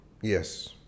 Yes